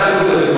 אתה צודק.